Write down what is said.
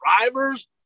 drivers